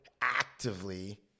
actively